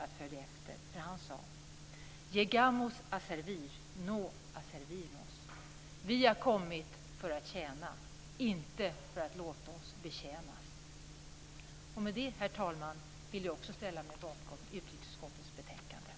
Han sade: Llegamos a servir, no a servirnos. Det betyder: Vi har kommit för att tjäna, inte för att låta oss betjänas. Med det, herr talman, vill jag också ställa mig bakom utrikesutskottets hemställan i betänkandet.